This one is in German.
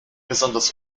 besonders